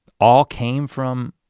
all came from